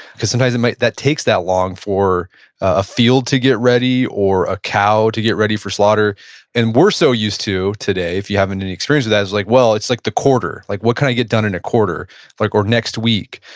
because sometimes it might, that takes that long for a field to get ready or a cow to get ready for slaughter and we're so used to today, if you haven't any experience with it, it's like, well it's like the quarter. like what can i get done in a quarter like or next week?